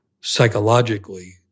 Psychologically